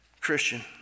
Christian